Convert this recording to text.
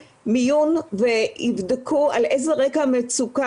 הרבה פונים ומתדפקים על שערינו